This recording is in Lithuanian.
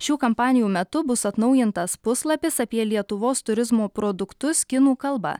šių kampanijų metu bus atnaujintas puslapis apie lietuvos turizmo produktus kinų kalba